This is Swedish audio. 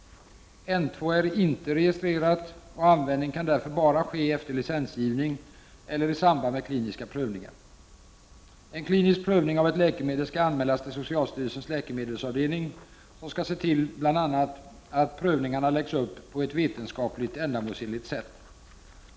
En klinisk prövning av ett läkemedel skall anmälas till socialstyrelsens läkemedelsavdelning, som skall se till bl.a. att prövningarna läggs upp på ett vetenskapligt ändamålsenligt sätt.